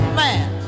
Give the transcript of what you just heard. man